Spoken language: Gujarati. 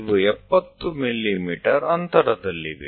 આ બંને 70 mm દૂર છે